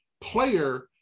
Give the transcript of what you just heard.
player